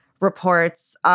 reports